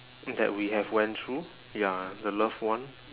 that we have went through ya the love one